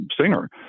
singer